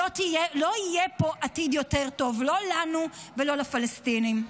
לא יהיה פה עתיד יותר טוב, לא לנו ולא לפלסטינים.